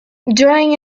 during